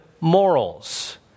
morals